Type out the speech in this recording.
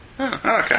Okay